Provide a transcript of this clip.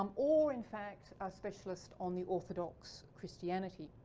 um or in fact a specialist on the orthodox christianity,